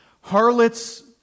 Harlots